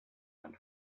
went